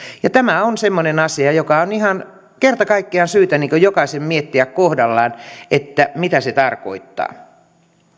tämä on semmoinen asia joka on ihan kerta kaikkiaan syytä jokaisen miettiä kohdallaan mitä se tarkoittaa